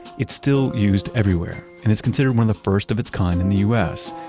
it's still used everywhere and it's considered one of the first of its kind in the u s,